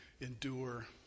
endure